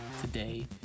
Today